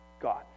God